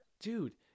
Dude